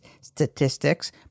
statistics